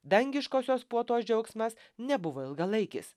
dangiškosios puotos džiaugsmas nebuvo ilgalaikis